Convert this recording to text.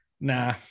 Nah